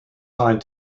signed